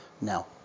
Now